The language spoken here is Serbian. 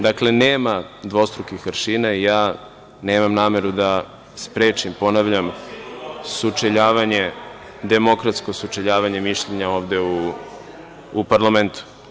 Dakle, nema dvostrukih aršina, i ja nemam nameru da sprečim, ponavljam sučeljavanje, demokratsko sučeljavanje mišljenja ovde u parlamentu.